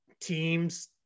teams